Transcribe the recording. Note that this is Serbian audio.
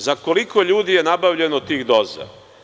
Za koliko ljudi je nabavljeno tih doza?